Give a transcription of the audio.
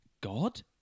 god